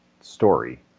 story